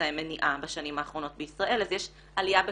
לאמצעי מניעה בשנים האחרונות בישראל אז יש עלייה בשימוש.